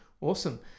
Awesome